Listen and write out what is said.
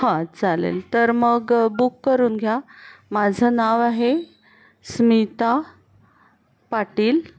हां चालेल तर मग बुक करून घ्या माझं नाव आहे स्मिता पाटील